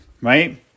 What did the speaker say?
right